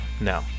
No